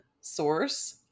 source